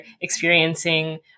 experiencing